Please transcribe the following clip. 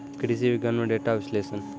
कृषि विज्ञान में डेटा विश्लेषण